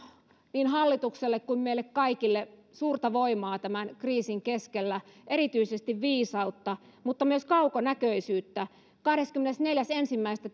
niin hallitukselle kuin meille kaikille suurta voimaa tämän kriisin keskellä erityisesti viisautta mutta myös kaukonäköisyyttä kahdeskymmenesneljäs ensimmäistä